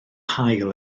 haul